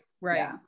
right